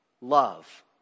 love